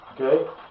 okay